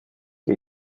que